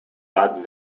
bad